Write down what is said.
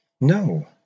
No